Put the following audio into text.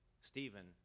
Stephen